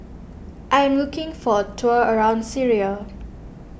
I am looking for a tour around Syria